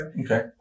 okay